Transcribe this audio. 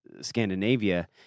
Scandinavia